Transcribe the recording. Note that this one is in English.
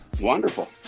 Wonderful